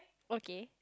okay